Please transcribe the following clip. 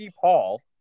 Paul